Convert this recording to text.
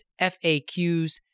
FAQs